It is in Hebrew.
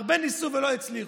הרבה ניסו ולא הצליחו.